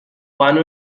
one